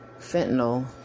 fentanyl